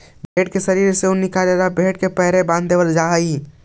भेंड़ के शरीर से ऊन निकाले ला भेड़ के पैरों को बाँध देईल जा हई